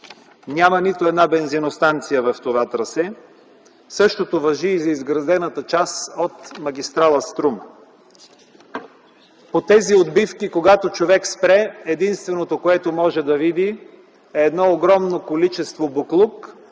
Няма нито една бензиностанция в това трасе. Същото важи и за новоизградената част от магистрала „Струма”. По тези отбивки, когато човек спре, единственото, което може да види, е огромно количество боклук